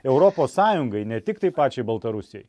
europos sąjungai ne tik tai pačiai baltarusijai